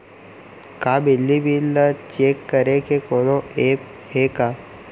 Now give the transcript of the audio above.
का बिजली बिल ल चेक करे के कोनो ऐप्प हे का?